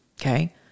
okay